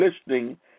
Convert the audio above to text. listening